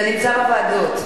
זה נמצא בוועדות.